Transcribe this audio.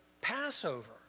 Passover